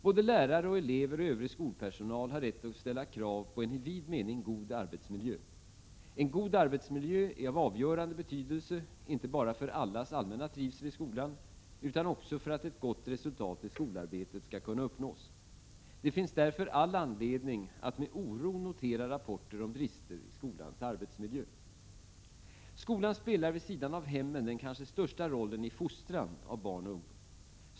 Såväl elever som lärare och övrig skolpersonal har rätt att ställa krav på en i vid mening god arbetsmiljö. En god arbetsmiljö är av avgörande betydelse inte bara för allas allmänna trivsel i skolan utan också för att ett gott resultat i skolarbetet skall kunna uppnås. Det finns därför all anledning att med oro notera rapporter om brister i skolans arbetsmiljö. Skolan spelar vid sidan av hemmen den kanske största rollen i fostran av barn och ungdom.